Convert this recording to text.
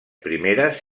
primeres